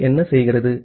B என்ன செய்கிறது